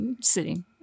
sitting